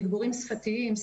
תגבורים שפתיים,